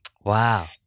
Wow